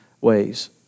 ways